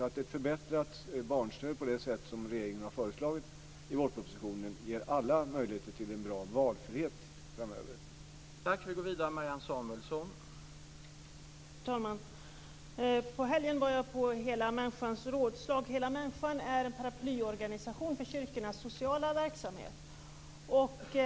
Ett förbättrat barnstöd på det sätt som regeringen har föreslagit i vårpropositionen ger alla möjligheter till en stor valfrihet framöver.